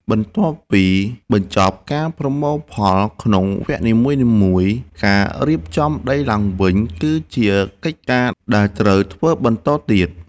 បន្ទាប់ពីបញ្ចប់ការប្រមូលផលក្នុងវគ្គនីមួយៗ ការរៀបចំដីឡើងវិញគឺជាកិច្ចការដែលត្រូវធ្វើបន្តទៀត។